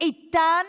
איתן